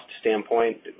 standpoint